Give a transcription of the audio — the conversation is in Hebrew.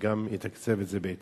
גם יתקצב את זה בהתאם.